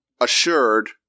assured